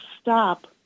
stop